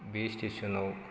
बे स्टेशनाव